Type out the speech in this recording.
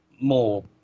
more